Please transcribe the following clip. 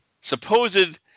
supposed